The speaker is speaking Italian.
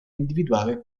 individuare